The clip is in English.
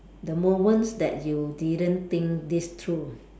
the moments that you didn't think this through